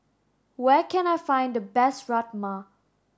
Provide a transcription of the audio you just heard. where can I find the best Rajma